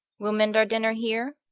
we'll mend our dinner here.